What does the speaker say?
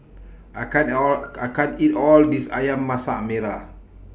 I can't All I can't eat All This Ayam Masak Merah